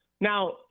Now